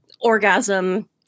orgasm